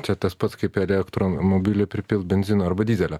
čia tas pats kaip elektromobilį pripilt benzino arba dyzelio